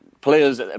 players